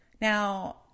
Now